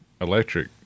electric